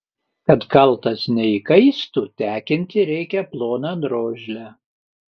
kad kaltas neįkaistų tekinti reikia ploną drožlę